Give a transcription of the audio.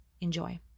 Enjoy